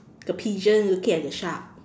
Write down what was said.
a pigeon looking at the shark